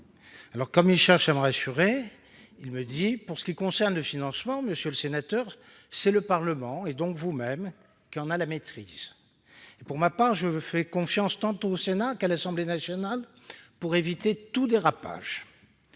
rassurer. » Pour ce faire, il m'a indiqué :« Pour ce qui concerne le financement, monsieur le sénateur, c'est le Parlement, et donc vous-même, qui en a la maîtrise. Pour ma part, je fais confiance tant au Sénat qu'à l'Assemblée nationale pour veiller à éviter tout dérapage.